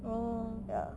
oh